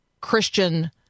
Christian